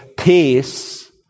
Peace